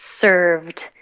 served